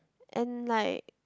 and like